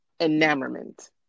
enamorment